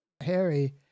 Harry